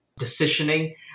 decisioning